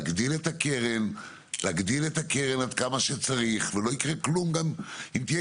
להגדיל את הקרן עד כמה שצריך ולא יקרה כלום גם אם תהיה